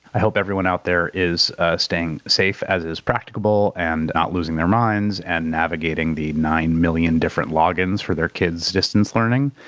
i hope everyone out there is staying safe as is practicable and not losing their minds and navigating the nine million different log-ins for their kid's distance learning,